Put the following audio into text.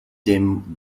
dem